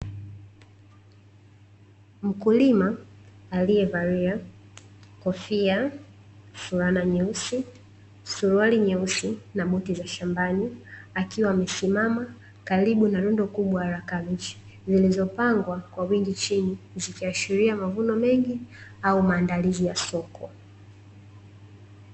Mkulima aliyevalia kofia, fulana nyeusi, suruali nyeusi na buti za shambani, akiwa amesimama karibu na lundo kubwa la kabichi. Zilizopangwa kwa wingi chini, zikiashiria mavuno mengi au maandalizi ya soko.